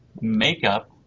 makeup